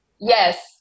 Yes